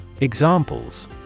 Examples